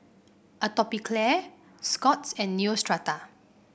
Atopiclair Scott's and Neostrata